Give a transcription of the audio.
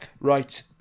Right